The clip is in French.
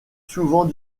souvent